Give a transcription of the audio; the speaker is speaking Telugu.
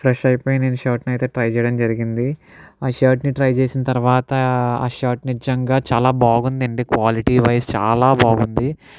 ఫ్రెష్ అయిపోయి నేను షర్ట్ నైతే ట్రై చేయడం జరిగింది ఆ షర్ట్ని ట్రై చేసిన తర్వాత ఆ షార్ట్ నిజంగా చాలా బాగుందండి క్వాలిటీ వైజ్ చాలా బాగుంది